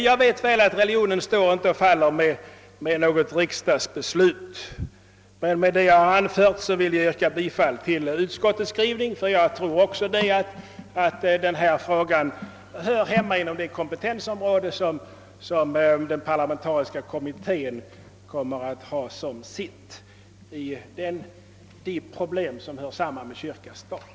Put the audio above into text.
Väl vet jag att religionen inte står och faller med något riksdagsbeslut, men med vad jag nu har anfört vill jag yrka bifall till utskottets hemställan — jag tror nämligen att denna fråga hör hemma inom den parlamentariska kommitténs kompetensområde och kan behandlas i samband med problemet kyrka och stat.